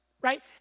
right